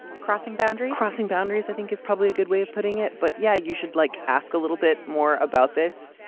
crossing boundary crossing boundaries. i think it's probably a good way of putting it but yeah you should like ask a little bit more about this.